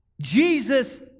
Jesus